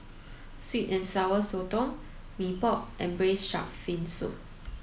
sweet and sour sotong Mee Pok and braise shark fin soup